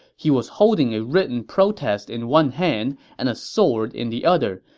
he was holding a written protest in one hand and a sword in the other,